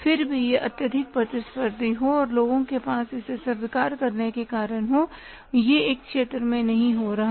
फिर भी यह अत्यधिक प्रतिस्पर्धी हो और लोगों के पास इसे स्वीकार करने के कारण हो और यह एक क्षेत्र में नहीं हो रहा है